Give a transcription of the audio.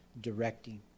directing